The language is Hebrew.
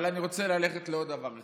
אבל אני רוצה ללכת לעוד דבר אחד.